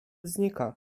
znika